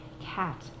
Cat